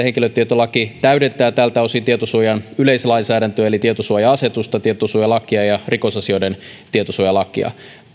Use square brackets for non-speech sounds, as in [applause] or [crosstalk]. [unintelligible] henkilötietolaki täydentää tältä osin tietosuojan yleislainsäädäntöä eli tietosuoja asetusta tietosuojalakia ja rikosasioiden tietosuojalakia